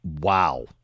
Wow